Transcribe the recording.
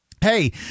hey